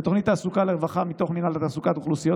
ותוכנית תעסוקה לרווחה מתוך מינהל תעסוקת אוכלוסיות,